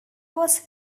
was